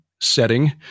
setting